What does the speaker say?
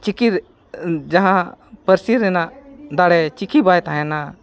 ᱪᱤᱠᱤ ᱨᱮ ᱡᱟᱦᱟᱸ ᱯᱟᱹᱨᱥᱤ ᱨᱮᱱᱟᱜ ᱫᱟᱲᱮ ᱪᱤᱠᱤ ᱵᱟᱭ ᱛᱟᱦᱮᱱᱟ